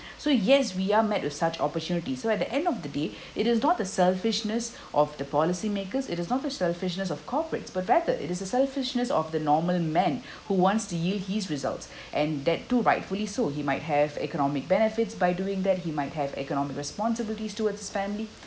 so yes we are met with such opportunity so at the end of the day it is not the selfishness of the policymakers it not the selfishness of corporates but rather it is the selfishness of the normal men who wants to yield his results and that to rightfully so he might have economic benefits by doing that he might have economic responsibilities towards his family